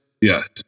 yes